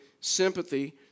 sympathy